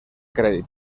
crèdit